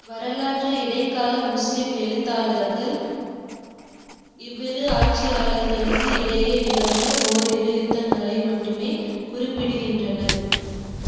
வரலாற்று இடைக்கால முஸ்லீம் எழுத்தாளர்கள் இவ்விரு ஆட்சியாளர்களுக்கு இடையே நிகழ்ந்த ஓரிரு யுத்தங்களை மட்டுமே குறிப்பிடுகின்றனர்